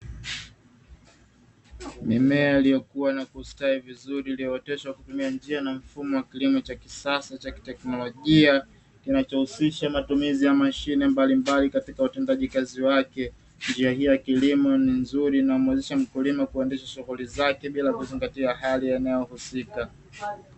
Mimea iliyokua na kustawi vizuri iliyooteshwa kwa kutumia njia na mfumo wa kilimo cha kisasa cha kiteknolojia kinachohusisha matumizi ya mashine mbalimbali katika utendaji kazi wake. Njia hii ya kilimo ni nzuri na humuwezesha mkulima kuendesha shughuli zake bila kuzingatia hali ya eneo husika.